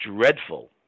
dreadful